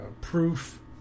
proof